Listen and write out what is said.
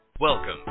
Welcome